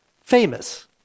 famous